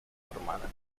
hermana